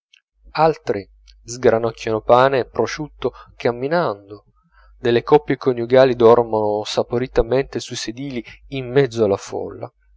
altri sgranocchiano pane e prosciutto camminando delle coppie coniugali dormono saporitamente sui sedili in mezzo alla folla